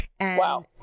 Wow